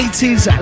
80s